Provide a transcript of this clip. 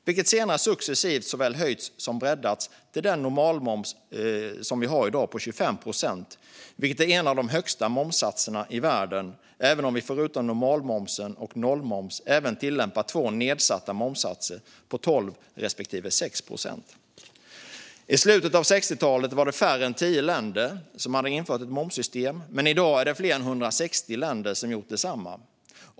Den har senare successivt såväl höjts som breddats till den normalmoms som vi har i dag på 25 procent, vilket är en av de högsta momssatserna i världen även om vi förutom normalmoms och nollmoms tillämpar två nedsatta momssatser på 12 respektive 6 procent. I slutet av 60-talet var det färre än tio länder som hade infört ett momssystem. Men i dag är det fler än 160 länder som har gjort det.